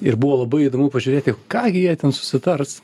ir buvo labai įdomu pažiūrėti ką gi jie ten susitars